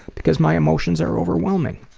because my emotions are overwhelming'.